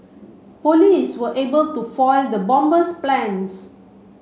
police were able to foil the bomber's plans